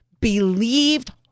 believed